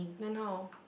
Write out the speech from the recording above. then how